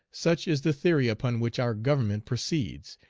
such is the theory upon which our government proceeds,